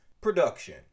production